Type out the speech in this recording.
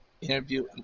interview